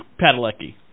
Padalecki